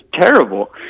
Terrible